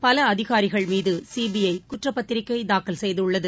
பலஅதிகாரிகள் மீதுசிபிஐகுற்றப்பத்திரிகைதாக்கல் செய்துள்ளது